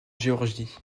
géorgie